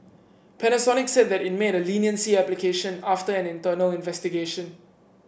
Panasonic said that it made a leniency application after an internal investigation